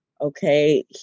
okay